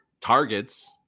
targets